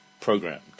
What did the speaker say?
programmed